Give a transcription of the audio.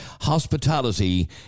hospitality